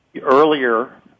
earlier